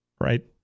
Right